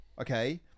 okay